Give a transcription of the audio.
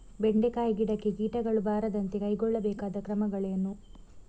ಬೆಂಡೆಕಾಯಿ ಗಿಡಕ್ಕೆ ಕೀಟಗಳು ಬಾರದಂತೆ ಕೈಗೊಳ್ಳಬೇಕಾದ ಕ್ರಮಗಳೇನು?